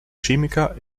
chemiker